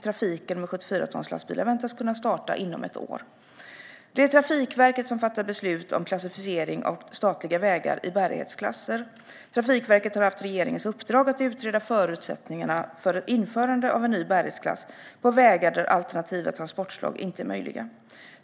Trafiken med 74-tonslastbilar väntas kunna starta inom ett år. Det är Trafikverket som fattar beslut om klassificering av statliga vägar i bärighetsklasser. Trafikverket har haft regeringens uppdrag att utreda förutsättningarna för ett införande av en ny bärighetsklass på vägar där alternativa transportslag inte är möjliga.